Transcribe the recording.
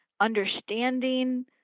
understanding